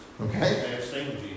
Okay